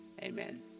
amen